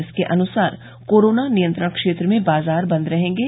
इसके अनुसार कोरोना नियंत्रण क्षेत्र में बाजार बद रहेंगे